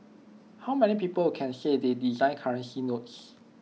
how many people can say they designed currency notes